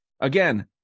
again